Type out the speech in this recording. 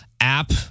app